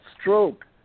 stroke